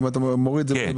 כן,